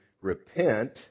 repent